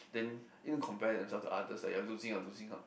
then in compare themselves to others that you are losing out losing out